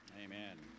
Amen